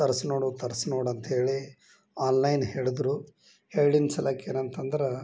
ತರ್ಸಿ ನೋಡು ತರ್ಸಿ ನೋಡು ಅಂತ ಹೇಳಿ ಆನ್ಲೈನ್ ಹೇಳಿದ್ರು ಹೇಳಿದ ಸಲ್ಲೇಕ ಏನಂತಂದ್ರೆ